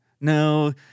no